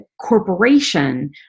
corporation